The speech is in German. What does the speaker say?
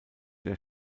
der